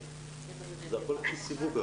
בפועל.